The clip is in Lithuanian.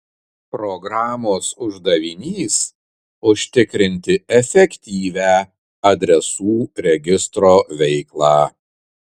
programos uždavinys užtikrinti efektyvią adresų registro veiklą